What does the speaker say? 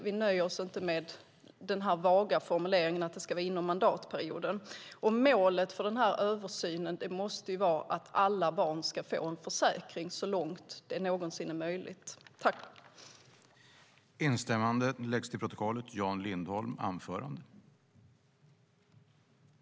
Vi nöjer oss inte med den vaga formuleringen att det ska vara inom mandatperioden. Målet för den här översynen måste ju vara att alla barn så långt det någonsin är möjligt ska få en försäkring. I detta anförande instämde Jan Lindholm och Marianne Berg .